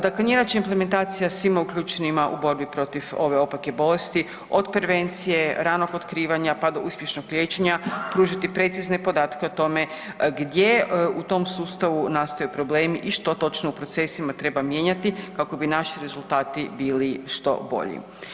Dakle, njena će implementacija svima uključenima u borbi protiv ove opake bolesti od prevencije, ranog otkrivanja pa do uspješnog liječenja pružiti precizne podate o tome gdje u tom sustavu nastaju problemi i što točno u procesima treba mijenjati kako bi naši rezultati bili što bolji.